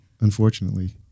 unfortunately